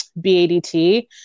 BADT